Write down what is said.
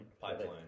Pipeline